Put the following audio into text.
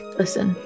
listen